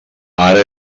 ara